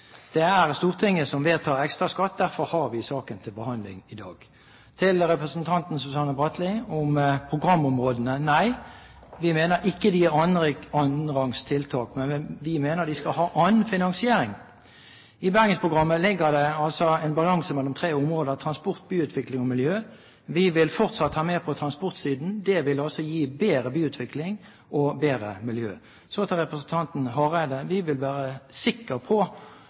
Det er Stortinget som vedtar ekstraskatt, derfor har vi saken til behandling i dag. Til representanten Susanne Bratli om programområdene: Nei, vi mener ikke de er annenrangs tiltak. Men vi mener de skal ha annen finansiering. I Bergensprogrammet ligger det en balanse mellom tre områder – transport, byutvikling og miljø. Vi vil fortsatt ha mer på transportsiden. Det vil også gi bedre byutvikling og bedre miljø. Så til representanten Hareide: Vi vil være sikker på